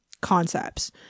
concepts